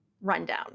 rundown